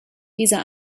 dieser